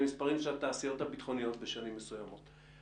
המספרים של התעשיות הביטחוניות בשנים מסוימות.